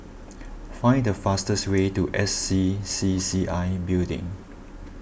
find the fastest way to S C C C I Building